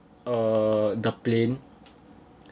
uh the plane